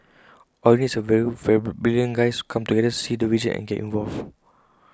all you need is A few brilliant guys come together see the vision and get involved